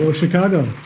ah chicago.